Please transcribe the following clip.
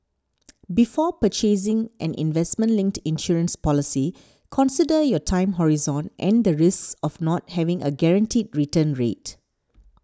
before purchasing an investment linked insurance policy consider your time horizon and the risks of not having a guaranteed return rate